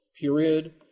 period